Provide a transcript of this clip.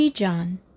John